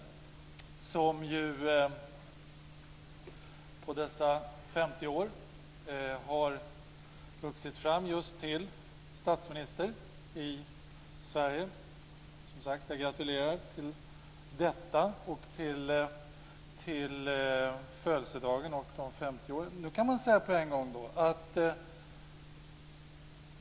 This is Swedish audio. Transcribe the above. Han har ju på dessa 50 år vuxit fram just till statsminister i Sverige. Jag gratulerar på födelsedagen och till dessa 50 år.